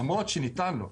למרות שניתן לו.